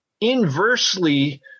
inversely